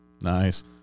nice